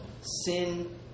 sin